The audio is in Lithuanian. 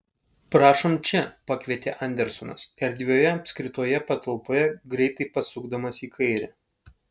prašom čia pakvietė andersonas erdvioje apskritoje patalpoje greitai pasukdamas į kairę